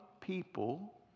people